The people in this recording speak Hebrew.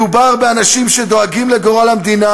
מדובר באנשים שדואגים לגורל המדינה